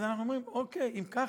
אז אנחנו אומרים: אוקיי, אם כך,